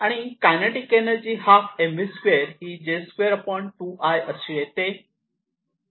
आणि kinetic energy ½ mv2 ही J2 2I अशी येते